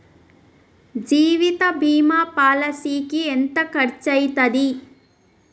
జీవిత బీమా పాలసీకి ఎంత ఖర్చయితది?